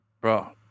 bro